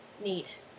Neat